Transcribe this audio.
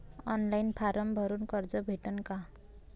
Online form भरून कर्ज भेटन का?